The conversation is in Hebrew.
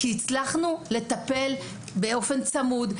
כי הצלחנו לטפל באופן צמוד,